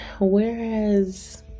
whereas